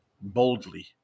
boldly